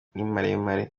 maremare